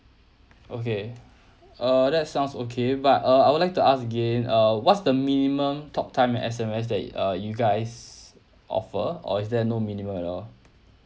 okay err that sounds okay but uh I would like to ask again uh what's the minimum talk time and S_M_S that you uh you guys offer or is there no minimum at all